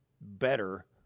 better